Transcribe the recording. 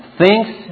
thinks